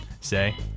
say